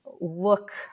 look